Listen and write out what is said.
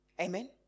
Amen